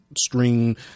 string